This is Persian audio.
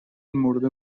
مرده